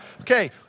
Okay